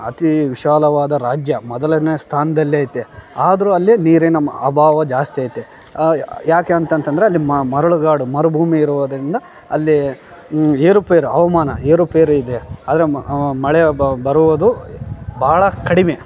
ಅತಿ ವಿಶಾಲವಾದ ರಾಜ್ಯ ಮೊದಲನೇ ಸ್ಥಾನದಲ್ಲೆ ಐತೆ ಆದರೂ ಅಲ್ಲಿ ನೀರಿನಮ ಅಭಾವ ಜಾಸ್ತಿ ಐತೆ ಯಾಕೆ ಅಂತಂತಂದ್ರೆ ಅಲ್ಲಿ ಮರಳುಗಾಡು ಮರುಭೂಮಿ ಇರುವುದ್ರಿಂದ ಅಲ್ಲಿ ಏರುಪೇರು ಹವಾಮಾನ ಏರುಪೇರು ಇದೆ ಆದರೆ ಮಳೆ ಬರುವುದು ಭಾಳ ಕಡಿಮೆ